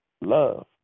Love